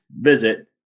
visit